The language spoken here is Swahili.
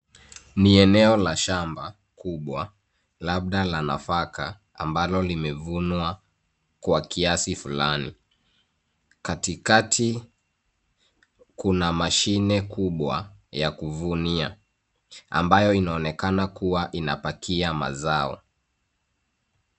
Ni eneo la shamba kubwa labda la nafaka ambalo limevunwa kwa kiasi fulani. Katikati kuna mashine kubwa ya kuvunia ambayo inaonekana kuwa inapakia mazao.